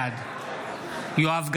בעד יואב גלנט,